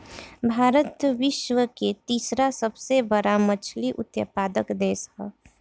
भारत विश्व के तीसरा सबसे बड़ मछली उत्पादक देश ह